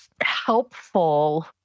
helpful